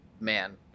man